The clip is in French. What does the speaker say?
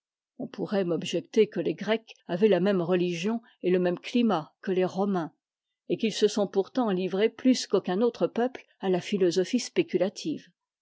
on pourrait m'objecter que les grecs avaient la même religion et le même climat que les romains et qu'ils se sont pourtant tivrés plus qu'aucun autre peuple a ta philosophie spéculative